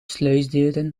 sluisdeuren